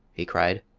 he cried.